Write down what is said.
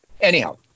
anyhow